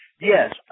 Yes